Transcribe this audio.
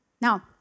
Now